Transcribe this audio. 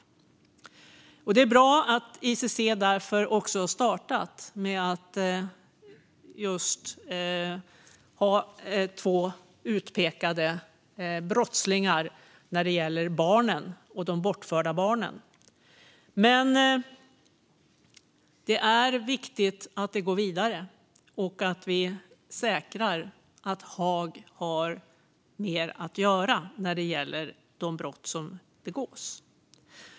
Det är därför bra att ICC har startat med att ha två utpekade brottslingar när det gäller de bortförda barnen. Men det är viktigt att det går vidare och att vi säkrar att Haag har mer att göra när det gäller de brott som begås.